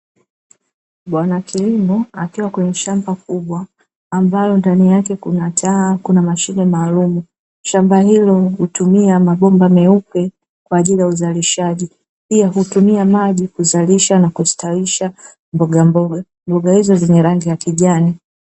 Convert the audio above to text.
Bwana kilimo akiwa kwenye shamba kubwa ambalo ndani yake kuna taa, kuna mashine maalumu, shamba hilo utumia mabomba meupe, kwa ajili ya uzalishaji pia hutumia maji kuzalisha na kustawisha mbogamboga, mboga hizo zenye rangi ya kijani.